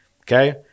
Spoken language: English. okay